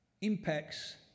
impacts